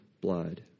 blood